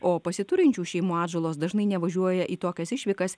o pasiturinčių šeimų atžalos dažnai nevažiuoja į tokias išvykas